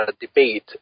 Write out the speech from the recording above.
debate